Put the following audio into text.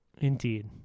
Indeed